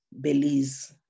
Belize